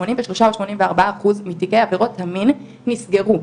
84 אחוז מתיקי עבירות המין נסגרו.